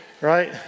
right